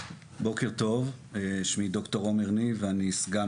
אז בוקר טוב שמי ד"ר עומר ניב ואני סגן